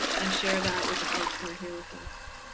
and share that with the folks who are here with us.